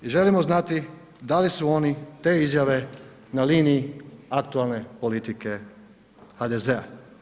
I želimo znati da li su oni te izjave na liniji aktualne politike HDZ-a.